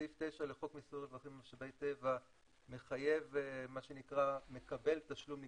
סעיף 9 לחוק מיסוי רווחים ממשאבי טבע מחייב מה שנקרא מקבל תשלום נגזר,